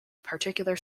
particular